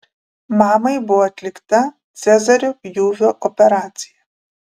mamai buvo atlikta cezario pjūvio operacija